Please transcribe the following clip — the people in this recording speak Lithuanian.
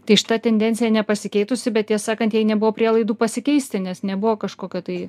tai šita tendencija nepasikeitusi bet tiesą sakant jai nebuvo prielaidų pasikeisti nes nebuvo kažkokio tai